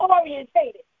orientated